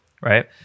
right